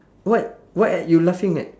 what what at you laughing at